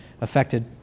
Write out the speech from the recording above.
affected